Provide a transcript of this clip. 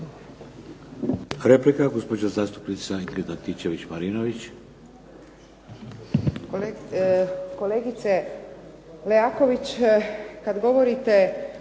Replika, gospođa zastupnica Ingrid Antičević-Marinović. **Antičević Marinović,